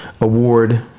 award